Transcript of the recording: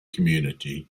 community